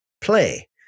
play